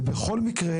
ובכל מקרה,